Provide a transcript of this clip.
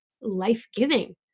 life-giving